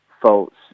faults